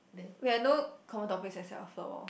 we had no common topics as well so